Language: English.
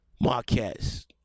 Marquez